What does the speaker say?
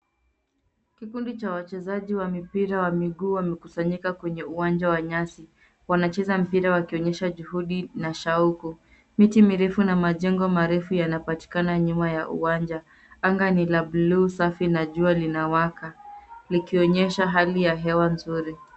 Kikundi cha wachezaji wa mipira wa miguu wamekusanyika kwenye uwanja wa nyasi. Wanacheza mpira wakionyesha juhudi na shauku. Miti mirefu na majengo marefu yanapatikana nyuma ya uwanja. Anga ni la bluu safi na jua linawaka, likionyesha hali ya hewa nzuri.